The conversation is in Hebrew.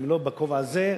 אם לא בכובע הזה,